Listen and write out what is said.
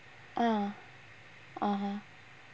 uh (uh huh)